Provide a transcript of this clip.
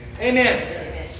Amen